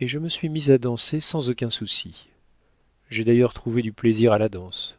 et je me suis mise à danser sans aucun souci j'ai d'ailleurs trouvé du plaisir à la danse